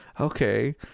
Okay